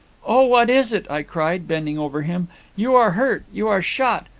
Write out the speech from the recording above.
oh, what is it i cried, bending over him you are hurt you are shot!